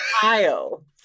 Kyle